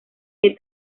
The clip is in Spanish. que